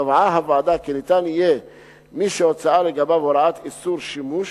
קבעה הוועדה כי מי שהוצאה לגביו הוראת איסור שימוש